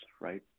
right